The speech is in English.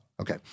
Okay